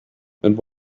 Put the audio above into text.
and